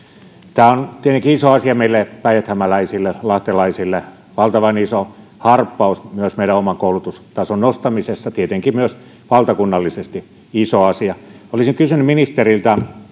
tämä on tietenkin iso asia meille päijäthämäläisille lahtelaisille valtavan iso harppaus myös meidän oman koulutustasomme nostamisessa tietenkin myös valtakunnallisesti iso asia olisin kysynyt ministeriltä